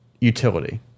utility